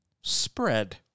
spread